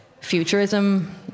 futurism